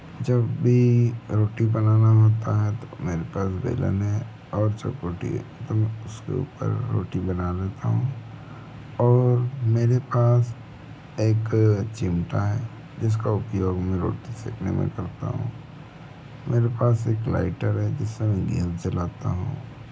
जब भी रोटी बनाना होता है तो मेरे पास बेलन है और चकोटी है तुम उसके ऊपर रोटी बना लेता हूँ और मेरे पास एक चिमटा है जिसका उपयोग में रोटी सेंकने में करता हूँ मेरे पास एक लाइटर है जिससे मैं गैस जलाता हूँ